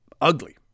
ugly